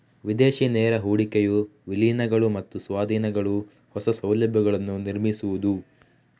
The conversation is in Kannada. ವಿದೇಶಿ ನೇರ ಹೂಡಿಕೆಯು ವಿಲೀನಗಳು ಮತ್ತು ಸ್ವಾಧೀನಗಳು, ಹೊಸ ಸೌಲಭ್ಯಗಳನ್ನು ನಿರ್ಮಿಸುವುದು